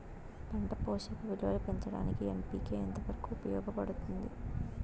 పంట పోషక విలువలు పెంచడానికి ఎన్.పి.కె ఎంత వరకు ఉపయోగపడుతుంది